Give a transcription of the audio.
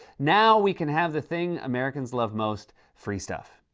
now, we can have the thing americans love most free stuff.